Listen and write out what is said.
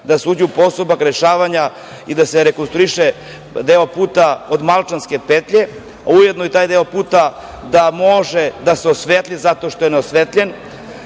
da se uđe u postupak rešavanja i da se rekonstruiše deo puta od Malčanske petlje, a ujedno i taj deo puta da može da se osvetli zato što je neosvetljen